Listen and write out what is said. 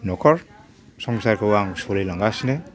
न'खर संसारखौ आं सोलिलांगासिनो